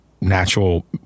natural